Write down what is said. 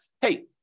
hey